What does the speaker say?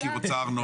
כי היא רוצה ארנונה.